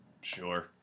sure